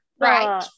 Right